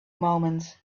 moments